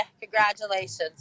congratulations